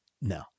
No